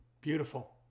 Beautiful